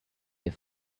here